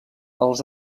els